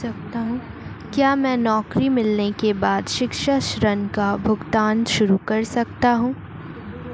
क्या मैं नौकरी मिलने के बाद शिक्षा ऋण का भुगतान शुरू कर सकता हूँ?